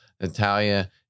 Natalia